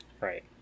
Right